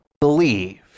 believed